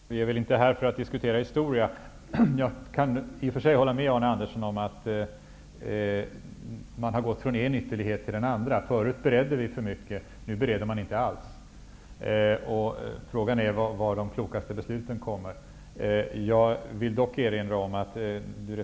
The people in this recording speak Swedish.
Fru talman! Vi är väl inte här för att diskutera historia. Jag kan i och för sig hålla med Arne Andersson om att man har gått från en ytterlighet till en annan. Förut beredde vi för mycket, men nu bereder man inte alls. Frågan är på vilken väg de klokaste besluten kommer fram.